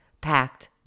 packed